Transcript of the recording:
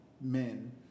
men